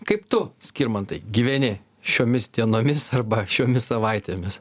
kaip tu skirmantai gyveni šiomis dienomis arba šiomis savaitėmis